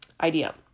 idea